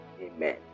Amen